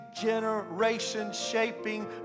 generation-shaping